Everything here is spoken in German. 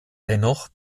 dennoch